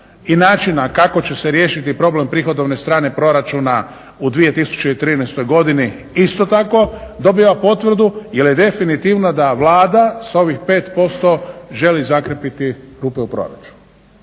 i načina kako će se riješiti problem prihodovne strane proračuna u 2013. godini isto tako dobiva potvrdu jer je definitivno da Vlada s ovih 5% želi zakrpiti rupe u proračunu.